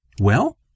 Well